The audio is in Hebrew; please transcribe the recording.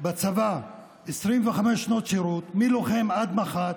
בצבא 25 שנות שירות מלוחם עד מח"ט,